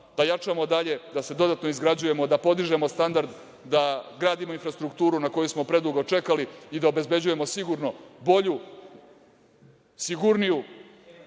da jačamo dalje, da se dodatno izgrađujemo, da podižemo standard, da gradimo infrastrukturu na koju smo predugo čekali i da obezbeđujemo sigurno bolju, sigurniju